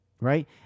Right